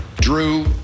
Drew